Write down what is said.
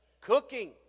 Cooking